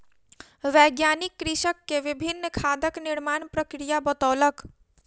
वैज्ञानिक कृषक के विभिन्न खादक निर्माण प्रक्रिया बतौलक